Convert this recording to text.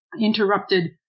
interrupted